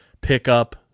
Pickup